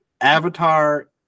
Avatar